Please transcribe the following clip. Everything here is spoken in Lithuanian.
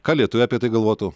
ką lietuviai apie tai galvotų